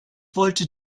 wollte